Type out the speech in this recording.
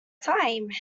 time